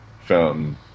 fountain